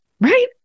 right